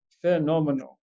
phenomenal